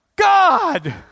God